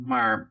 Maar